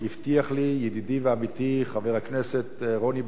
הבטיח לי ידידי ועמיתי חבר הכנסת רוני בר-און,